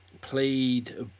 played